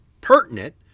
pertinent